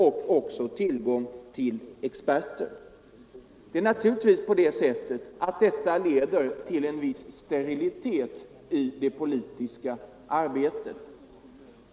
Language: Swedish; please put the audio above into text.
Detta leder naturligtvis till en viss ensidighet i det politiska arbetet.